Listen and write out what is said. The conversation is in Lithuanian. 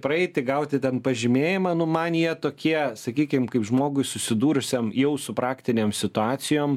praeiti gauti ten pažymėjimą nu man jie tokie sakykim kaip žmogui susidūrusiam jau su praktinėm situacijom